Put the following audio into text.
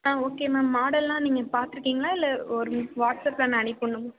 ஆ okay ma'am மாடெல்லாம் நீங்கள் பார்த்துருக்கிங்களா இல்லை ஒரு வாட்ஸ்அப்பில் நான் அனுப்பி விட்ணும்மா